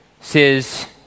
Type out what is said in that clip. says